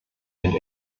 sind